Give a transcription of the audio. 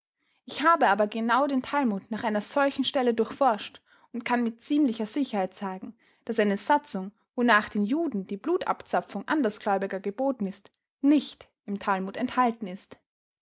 ich habe aber genau den talmud nach einer solchen stelle durchforscht und kann mit ziemlicher sicherheit sagen daß eine satzung wonach den juden die blutabzapfung andersgläubiger geboten ist nicht im talmud enthalten ist